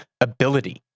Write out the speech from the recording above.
ability